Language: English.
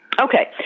Okay